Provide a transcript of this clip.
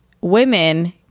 women